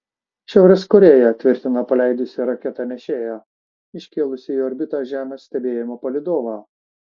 šiaurės korėja tvirtina paleidusi raketą nešėją iškėlusią į orbitą žemės stebėjimų palydovą